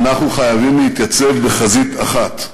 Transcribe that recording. אנחנו חייבים להתייצב בחזית אחת.